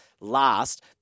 last